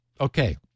Okay